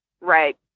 Right